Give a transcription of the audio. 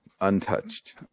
Untouched